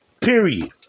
Period